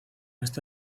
este